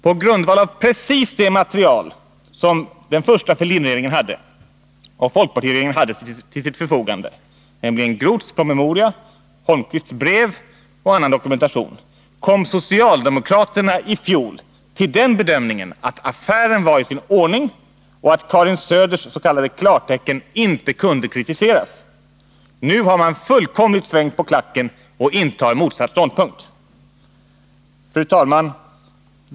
På grundval av precis det material som den första Fälldinregeringen och folkpartiregeringen hade till sitt förfogande — Groths promemoria, Holmquists brev och annan dokumentation — kom socialdemokraterna i fjol fram till den bedömningen att affären var i sin ordning och att Karin Söders s.k. klartecken inte kunde kritiseras. Nu har man fullkomligt svängt på klacken och intar motsatt ståndpunkt. Fru talman!